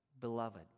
Beloved